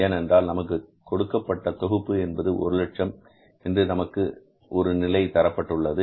ஏனென்றால் நமக்கு கொடுக்கப்பட்ட தொகுப்பு என்பது ஒரு லட்சம் என்று நமக்கு ஒரு நிலை தரப்பட்டுள்ளது